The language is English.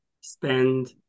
spend